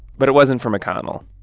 but it wasn't for mcconnell.